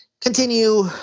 continue